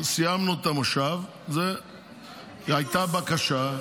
סיימנו את המושב, והייתה בקשה.